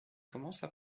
commencent